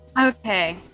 Okay